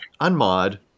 unmod